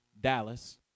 Dallas –